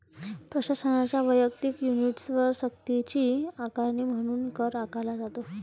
प्रशासनाच्या वैयक्तिक युनिट्सवर सक्तीची आकारणी म्हणून कर आकारला जातो